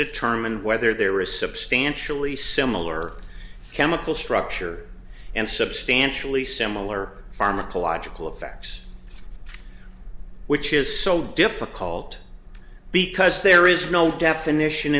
determine whether there is substantially similar chemical structure and substantially similar pharmacological effects which is so difficult because there is no definition